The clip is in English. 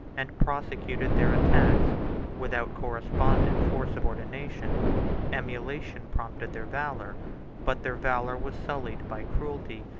and prosecuted their attacks without correspondence or subordination emulation prompted their valor but their valor was sullied by cruelty,